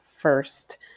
first